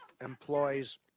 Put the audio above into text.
employs